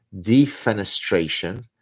Defenestration